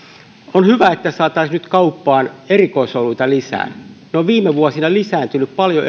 on hyvä että saataisiin nyt kauppaan erikoisoluita lisää erikoisoluet ovat viime vuosina lisääntyneet paljon